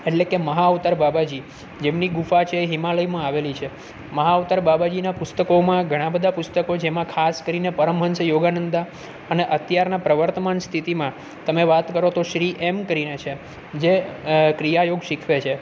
એટલે કે મહા અવતાર બાબાજી જેમની ગુફા છે હિમાલયમાં આવેલી છે મહા અવતાર બાબાજીના પુસ્તકોમાં ઘણાબધા પુસ્તકો જેમાં ખાસ કરીને પરમહંસ યોગાનંદા અને અત્યારના પ્રવર્તમાન સ્થિતિમાં તમે વાત કરો તો શ્રી એમ કરીને છે જ ક્રિયા યોગ શોખવે છે